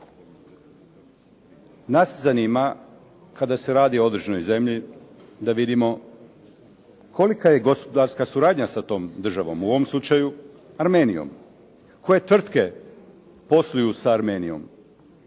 Nas zanima, kada se radi o određenoj zemlji da vidimo kolika je gospodarska suradnja sa tom državom, u ovom slučaju Armenijom. Koje tvrtke posluju sa Armenijom,